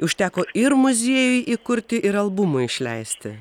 užteko ir muziejui įkurti ir albumui išleisti